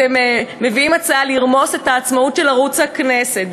אתם מביאים הצעה לרמוס את העצמאות של ערוץ הכנסת,